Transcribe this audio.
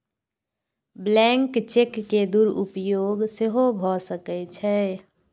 blank cheque के दुरुपयोग सेहो भए सकै छै